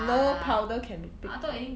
no powder can be picked up